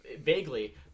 vaguely